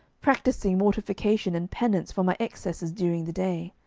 practising mortification and penance for my excesses during the day.